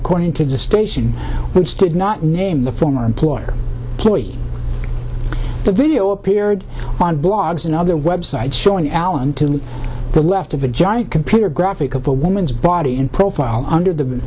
according to the station which did not name the former employer employee the video appeared on blogs and other websites showing allen to the left of a giant computer graphic of a woman's body in profile under the